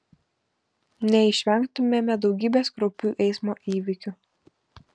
neišvengtumėme daugybės kraupių eismo įvykių